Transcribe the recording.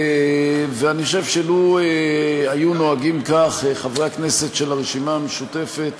אני חושב שלו היו נוהגים כך חברי הכנסת של הרשימה המשותפת